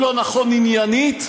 הוא לא נכון עניינית,